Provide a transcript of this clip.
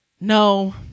No